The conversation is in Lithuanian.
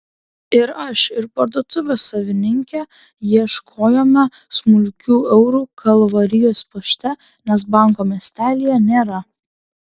ir aš ir parduotuvės savininkė ieškojome smulkių eurų kalvarijos pašte nes banko miestelyje nėra